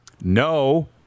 No